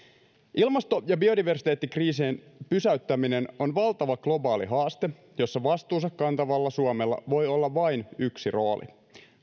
ilmasto ja biodiversiteettikriisien pysäyttäminen on valtava globaali haaste jossa vastuunsa kantavalla suomella voi olla vain yksi rooli